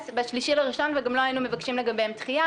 ב-3.1 וגם לא היינו מבקשים לגביהם דחייה.